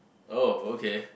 oh okay